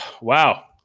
wow